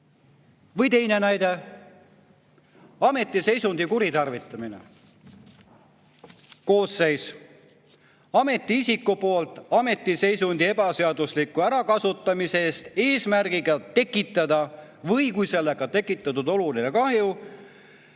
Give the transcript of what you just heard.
Või teine näide, ametiseisundi kuritarvitamine. Koosseis: ametiisiku poolt ametiseisundi ebaseadusliku ärakasutamise eest eesmärgiga tekitada või kui sellega on tekitatud oluline kahju